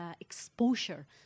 exposure